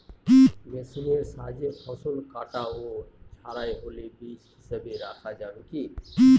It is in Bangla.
মেশিনের সাহায্যে ফসল কাটা ও ঝাড়াই হলে বীজ হিসাবে রাখা যাবে কি?